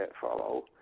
follow